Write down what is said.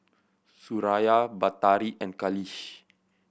Suraya Batari and Khalish